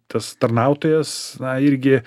tas tarnautojas na irgi